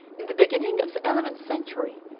in the beginning of the eleventh century,